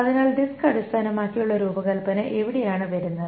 അതിനാൽ ഡിസ്ക് അടിസ്ഥാനമാക്കിയുള്ള രൂപകൽപ്പന എവിടെയാണ് വരുന്നത്